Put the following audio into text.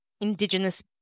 indigenous